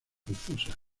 confusa